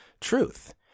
truth